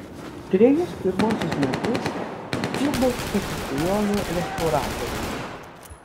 trejus pirmuosius metus dirbau fortepijonų restauratoriumi